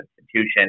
institution